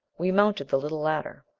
we mounted the little ladder.